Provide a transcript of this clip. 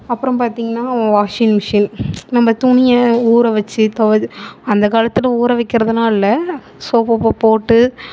அப்புறம் பார்த்திங்கனா washing machine நம்ம துணியை ஊற வச்சு அந்த காலத்தில் ஊற வைக்கிறதுலாம் இல்லை சோப்பு போட்டு